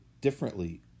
differently